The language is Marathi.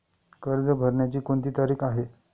कर्ज भरण्याची कोणती तारीख आहे?